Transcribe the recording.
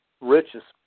richest